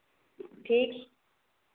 ठीक